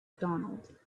donald